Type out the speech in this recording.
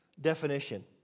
definition